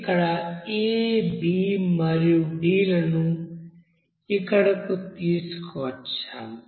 ఇక్కడ a b మరియు d లను ఇక్కడకు తీసుకువచ్చాము